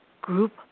group